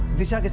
disha.